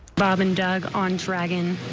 bob and doug on dragon.